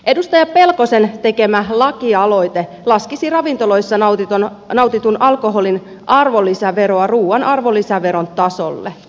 edustaja pelkosen tekemä lakialoite laskisi ravintoloissa nautitun alkoholin arvonlisäveroa ruuan arvonlisäveron tasolle